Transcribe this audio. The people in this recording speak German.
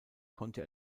konnte